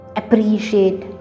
appreciate